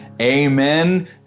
Amen